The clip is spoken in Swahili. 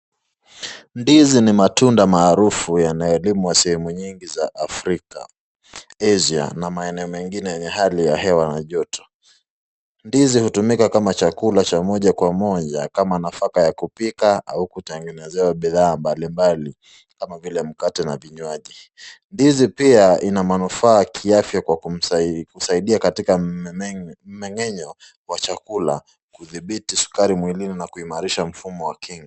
Ndizi ni matunda maarufu ambayo yanalimwa katika sehemu za afrika Asia na maneno mengine yenyewe hali ya hewa ya joto ,ndizi hutumika kama chakula cha Moja Kwa moja kama nafaka ya kupika au kutengenezewa bidhaa mbalimbali, kama vile mkate na vinyuaji, ndizi pia Ina manufaa Kwa kumsaidia katika mengenyo wa chakula kudhibiti skari mwili na kuimarisha mfumo wa akili